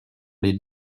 les